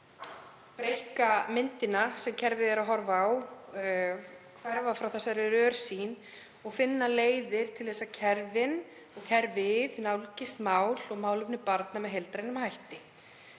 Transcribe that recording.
af því að breikka myndina sem kerfið horfir á, að hverfa frá þessari rörsýn og finna leiðir til þess að kerfin, og kerfið, nálgist mál og málefni barna með heildrænum hætti.